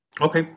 Okay